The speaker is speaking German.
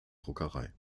druckerei